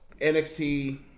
NXT